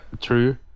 true